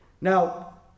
Now